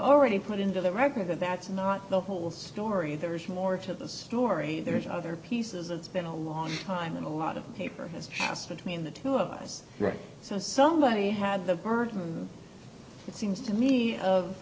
already put into the record that that's not the whole story there's more to the story there's other pieces of it's been a long time and a lot of paper has asked between the two of us so somebody had the burden it seems to me of